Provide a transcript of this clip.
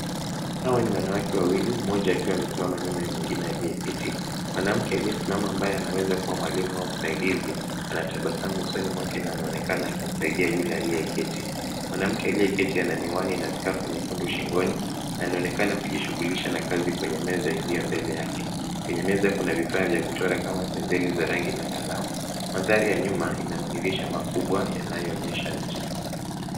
Hawa ni wanawake wawili mmoja akiwa amesimama nyuma ya mwingine aliyeketi . Mwanamke aliyesimama ambaye anaweza kuwa mwalimu au msaidizi anatabasamu usoni mwake na anaonekana akimsaidia yule aliyeketi. Mwanamke aliyeketi ana miwani na skafu nyekundu shingoni na anaonekana kijishughulisha na kazi kwenye meza iliyo mbele yake. Kwenye meza kuna vifaa vya kuchora kama penseli za rangi na kalamu. Mandhari ya nyuma ina madirisha makubwa yanayoonyesha nje.